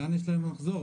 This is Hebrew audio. לאן יש להם לחזור?